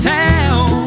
town